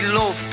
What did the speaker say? love